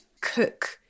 cook